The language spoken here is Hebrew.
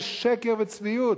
זה שקר וצביעות.